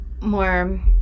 More